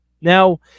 Now